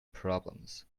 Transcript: problems